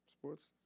sports